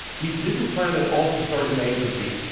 we didn't plan it all to start an agency.